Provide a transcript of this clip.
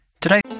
Today